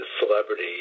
celebrity